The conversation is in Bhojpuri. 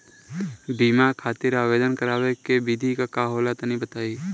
बीमा खातिर आवेदन करावे के विधि का होला तनि बताईं?